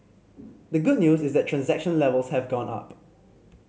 the good news is that transaction levels have gone up